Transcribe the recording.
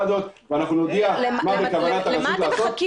הזאת ואנחנו נודיע מה בכוונת הרשות לעשות.